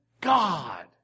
God